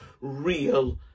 real